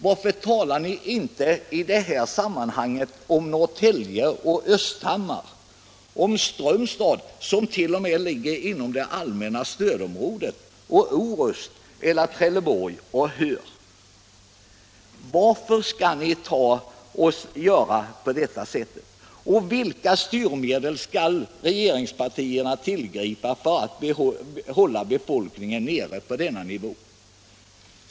Varför talar ni inte i detta sammanhang om Norrtälje och Östhammar, om Strömstad — som t.o.m. ligger inom det allmänna stödområdet — och Orust, om Trelleborg och Höör? Vilka styrmedel skall regeringspartierna tillgripa för att hålla befolkningen nere på denna nivå?